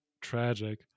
tragic